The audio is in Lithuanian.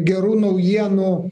gerų naujienų